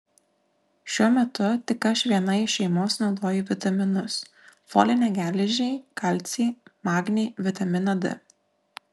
šiuo metu tik aš viena iš šeimos naudoju vitaminus folinę geležį kalcį magnį vitaminą d